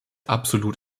absolut